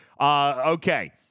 Okay